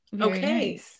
okay